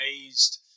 amazed